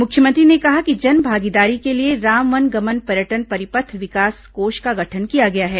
मुख्यमंत्री ने कहा कि जनभागीदारी के लिए राम वन गमन पर्यटन परिपथ विकास कोष का गठन किया गया है